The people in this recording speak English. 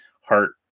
heart